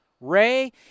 Ray